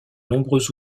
nombreux